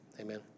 amen